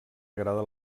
agrada